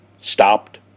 stopped